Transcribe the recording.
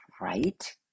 right